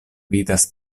vidas